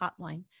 hotline